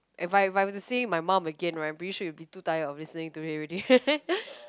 if I if I were to say my mum again right I'm pretty sure you will be too tired of listening to it already